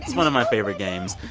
one of my favorite games.